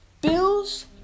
Bills